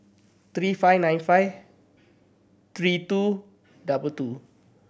three five nine five three two double two